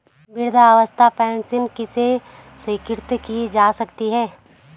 वृद्धावस्था पेंशन किसे स्वीकृत की जा सकती है?